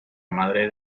madre